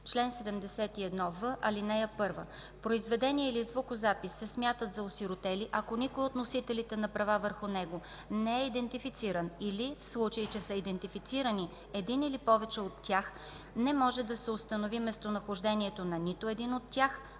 Чл. 71в. (1) Произведение или звукозапис се смятат за осиротели, ако никой от носителите на права върху него не е идентифициран, или, в случай че са идентифицирани един или повече от тях, не може да се установи местонахождението на нито един от тях,